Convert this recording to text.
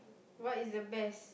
what is the best